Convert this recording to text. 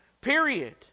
Period